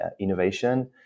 innovation